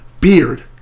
beard